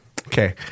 Okay